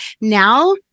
now